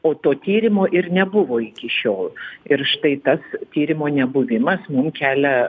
o to tyrimo ir nebuvo iki šiol ir štai tas tyrimo nebuvimas mum kelia